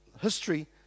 history